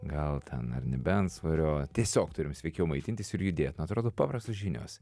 gal ten ar ne be antsvorio tiesiog turim sveikiau maitintis ir judėt na atrodo paprastos žinios